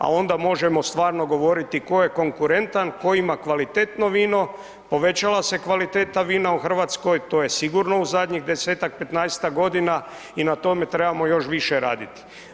A onda možemo stvarno govoriti tko je konkurentan, tko ima kvalitetno vino, povećala se kvaliteta vina u Hrvatskoj, to je sigurno u zadnjih 10-ak, 15-ak godina i na tome trebamo još više raditi.